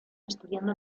estudiando